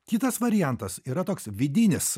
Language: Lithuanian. kitas variantas yra toks vidinis